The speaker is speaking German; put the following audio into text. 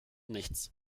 nichts